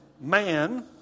Man